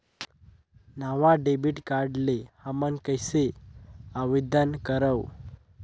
नवा debit card ले हमन कइसे आवेदन करंव?